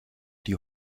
die